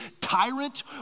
Tyrant